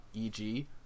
EG